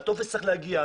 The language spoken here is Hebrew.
הטופס צריך להגיע,